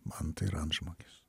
man tai yra antžmogis